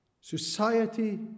Society